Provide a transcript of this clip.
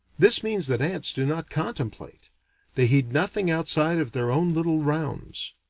this means that ants do not contemplate they heed nothing outside of their own little rounds.